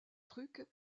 truc